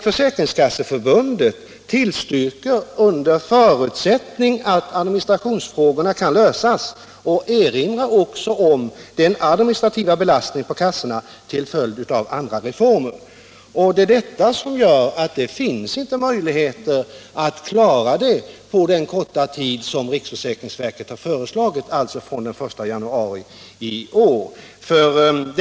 Försäkringskasseförbundet tillstyrker förslaget under förutsättning att administrationsfrågorna kan lösas och erinrar också om den administrativa belastningen på kassorna till följd av andra reformer. Det är detta som gör att det inte finns möjlighet att genomföra en sådan här reform på den korta tid som riksförsäkringsverket har föreslagit, alltså fr.o.m. den 1 januari i år.